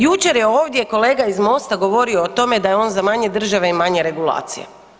Jučer je ovdje kolega iz MOST-a govorio o tome da je on za manje države i manje regulacije.